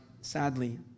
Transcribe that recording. sadly